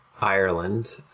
Ireland